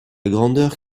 grandeur